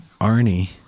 Arnie